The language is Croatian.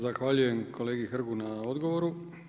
Zahvaljujem kolegi Hrgu na odgovoru.